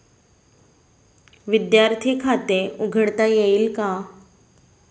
विद्यार्थी खाते उघडता येईल का?